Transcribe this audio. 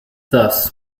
thus